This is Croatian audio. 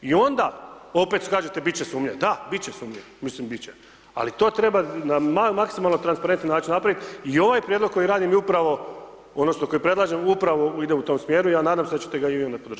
I onda opet kažete bit će sumnja, da bit će sumnja, mislim bit će, ali to treba na maksimalno transparentni način napravit i ovaj prijedlog koji radim je upravo ono što, predlažem upravo ide u tom smjeru, ja nadam se da ćete ga i vi onda podržati.